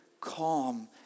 calm